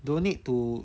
don't need to